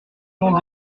l’ont